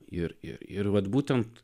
ir ir vat būtent